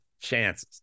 chances